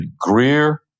Greer